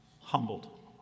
humbled